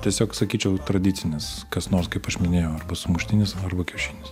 tiesiog sakyčiau tradicinis kas nors kaip aš minėjau arba sumuštinis arba kiaušinis